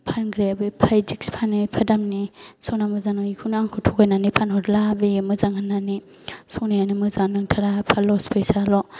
फानग्रायाबो एफा बिदिखि फानो एफा दामनि सना मोजां नङिखौनो आंखौ थगायनानै फानहरलाबायो मोजां होननानै सनायानो मोजाङानो नंथारा एफा लस फैसाल'